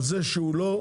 על זה שהוא לא,